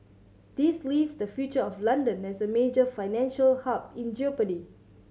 this leaves the future of London as a major financial hub in jeopardy